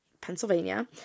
Pennsylvania